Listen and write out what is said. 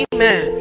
Amen